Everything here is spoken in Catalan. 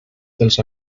dels